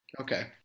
Okay